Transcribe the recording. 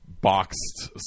boxed